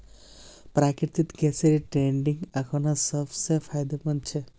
प्राकृतिक गैसेर ट्रेडिंग अखना सब स फायदेमंद छ